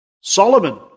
Solomon